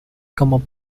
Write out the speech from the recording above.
como